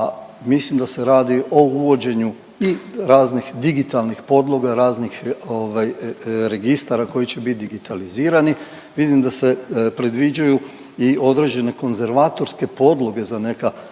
mislim da se radi o uvođenju i raznih digitalnih podloga, raznih registara koji će bit digitalizirani, vidim da se predviđaju i određene konzervatorske podloge za neka